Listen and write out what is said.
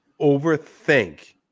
overthink